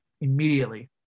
immediately